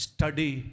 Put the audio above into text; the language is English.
Study